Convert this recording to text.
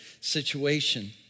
situation